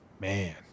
man